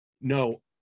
no